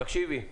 תקשיבי,